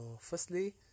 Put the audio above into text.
firstly